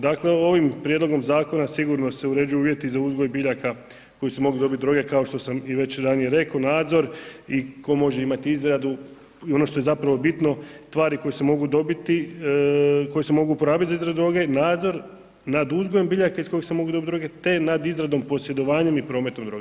Dakle, ovim prijedlogom zakona sigurno se uređuju uvjeti za uzgoj biljaka od kojih se mogu dobiti droge kao što sam i već ranije reko, nadzor i ko može imat izradu i ono što je zapravo bitno, tvari koje se mogu dobiti, koje se mogu uporabiti za izradu droge, nadzor nad uzgojem biljaka iz kojih se mogu dobit droge, te nad izradom, posjedovanjem i prometom droge.